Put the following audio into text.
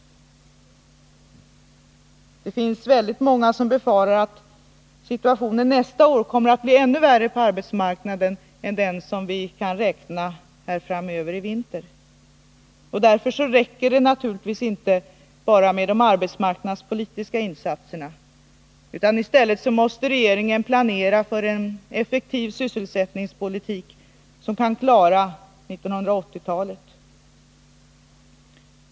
Det finns många som befarar att situationen på arbetsmarknaden kommer att bli ännu värre nästa år än den vi har att räkna med nu i vinter. Därför räcker det naturligtvis inte med bara arbetsmarknadspolitiska insatser. Regeringen måste planera för en effektiv sysselsättningspolitik som kan klara 1980-talet.